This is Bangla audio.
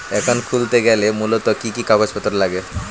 অ্যাকাউন্ট খুলতে গেলে মূলত কি কি কাগজপত্র লাগে?